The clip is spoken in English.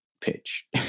pitch